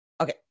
okay